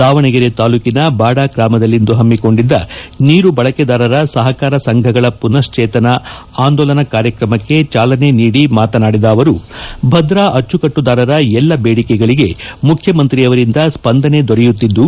ದಾವಣಗೆರೆ ತಾಲೂಕಿನ ಬಾಡ ಗ್ರಾಮದಲ್ಲಿಂದು ಪಮ್ಗಿಕೊಂಡಿದ್ದ ನೀರು ಬಳಕೆದಾರರ ಸಹಕಾರ ಸಂಘಗಳ ಪುನಶ್ಚೇತನ ಆಂದೋಲನ ಕಾರ್ಯಕ್ರಮಕ್ಕೆ ಚಾಲನೆ ನೀಡಿ ಮಾತನಾಡಿದ ಅವರು ಭದ್ರಾ ಅಚ್ಚುಕಟ್ಟುದಾರರ ಎಲ್ಲ ಬೇಡಿಕೆಗಳಿಗೆ ಮುಖ್ಯಮಂತ್ರಿಯವರಿಂದ ಸ್ವಂದನೆ ದೊರೆಯುತ್ತಿದ್ದು